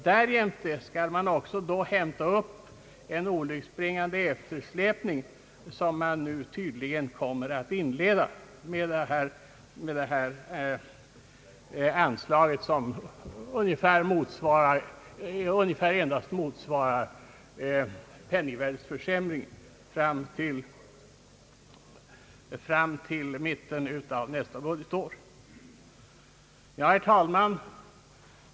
Därjämte skall man också hämta upp en olycksbringande eftersläpning som man nu tydligen kommer att inleda med detta anslag, vars höjning ungefär endast motsvarar penningvärdeförsämringen fram till mitten av nästa budgetår. Herr talman!